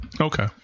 Okay